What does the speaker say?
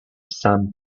sam